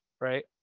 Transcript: right